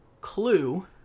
Clue